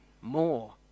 more